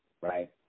right